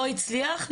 לא הצליח,